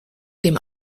dem